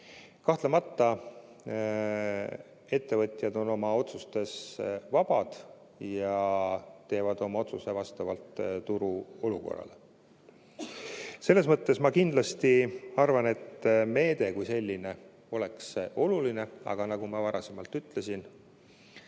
Kahtlemata, ettevõtjad on oma otsustes vabad ja teevad oma otsuse vastavalt turuolukorrale. Selles mõttes ma kindlasti arvan, et meede kui selline oleks oluline. Aga nagu ma varasemalt ütlesin,